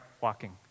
walking